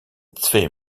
twee